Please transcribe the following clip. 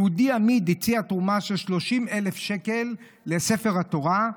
יהודי אמיד הציע תרומה של 30,000 שקל לספר התורה.